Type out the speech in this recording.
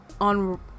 on